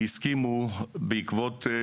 אתה מדבר על הסכמה ספציפית שזה ייעשה